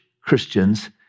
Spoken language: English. Christians